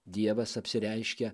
dievas apsireiškia